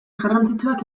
garrantzitsuak